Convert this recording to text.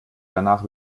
danach